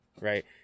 right